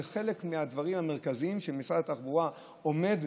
זה מהדברים המרכזיים שמשרד התחבורה עומד,